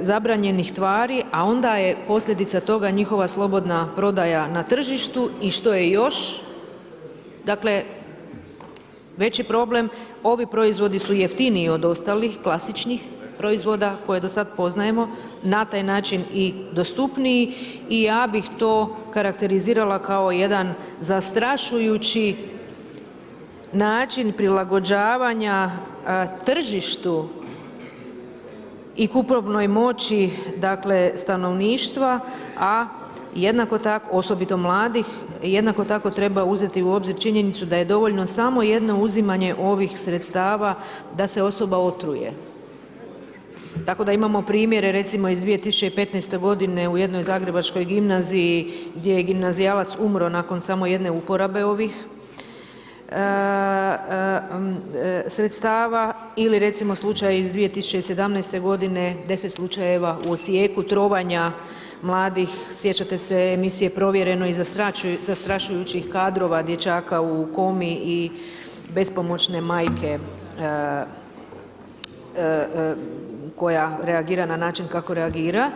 zabranjenih tvari a onda je posljedica toga njihova slobodna prodaja na tržištu i što je još dakle veći problem, ovi proizvodi su jeftiniji od ostalih klasičnih proizvoda koje do sad poznajemo, na taj način i dostupniji i ja bih to karakterizirala kao jedan zastrašujući način prilagođavanja tržištu i kupovnoj moći stanovništva a jednako tako, osobito mladih, jednako tako treba uzeti u obzir činjenicu da je dovoljno samo jedno uzimanje ovih sredstava da se osoba otruje, tako da imamo primjere recimo iz 2015. g. u jednoj zagrebačkoj gimnaziji gdje je gimnazijalac umro nakon samo jedne uporabe ovih sredstava ili recimo slučaj iz 2017. g., 10 slučajeva u Osijeku trovanja mladih, sjećate se emisije Provjereno i zastrašujućih kadrova dječaka u komi i bespomoćne majke koja reagira na način kako reagira.